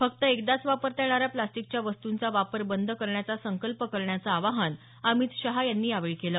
फक्त एकदाच वापरता येणाऱ्या प्लास्टिकच्या वस्तूंचा वापर बंद करण्याचा संकल्प करण्याचं आवाहन अमित शाह यांनी यावेळी केलं